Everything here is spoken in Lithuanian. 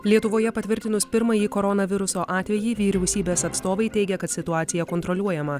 lietuvoje patvirtinus pirmąjį koronaviruso atvejį vyriausybės atstovai teigia kad situacija kontroliuojama